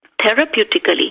therapeutically